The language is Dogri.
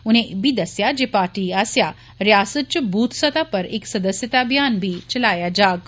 उने इब्बी दस्सेआ जे पार्टी आस्सेआ रियास्ता च बूथ स्तह उप्पर इक सदस्यता अभियान बी चलाया जाग